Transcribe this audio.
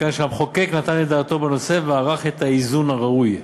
מכאן שהמחוקק נתן את דעתו בנושא וערך את האיזון הראוי.